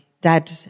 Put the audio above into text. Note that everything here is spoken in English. dad